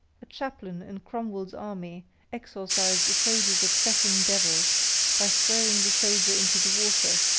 a chaplain in cromwell's army exorcised a soldier's obsessing devil by throwing the soldier into the water,